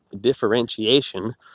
differentiation